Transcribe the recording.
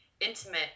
intimate